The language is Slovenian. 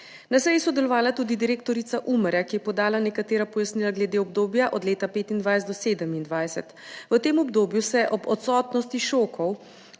Na seji je sodelovala tudi direktorica Umarja, ki je podala nekatera pojasnila glede obdobja od leta 2025 do 2027, v tem obdobju se ob odsotnosti šokov